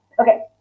Okay